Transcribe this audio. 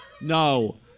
No